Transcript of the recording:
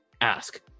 ask